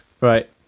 Right